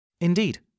Indeed